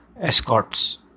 escorts